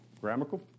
grammatical